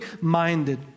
minded